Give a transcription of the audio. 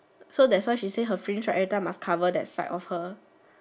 so that's why she say her fringe right every time must cover that side of her